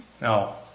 Now